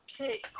Okay